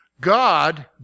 God